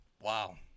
Wow